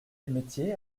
métier